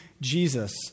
Jesus